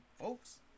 folks